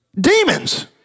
demons